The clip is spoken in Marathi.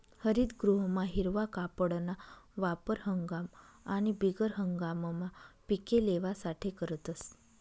हरितगृहमा हिरवा कापडना वापर हंगाम आणि बिगर हंगाममा पिके लेवासाठे करतस